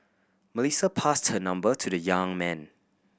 Melissa passed her number to the young man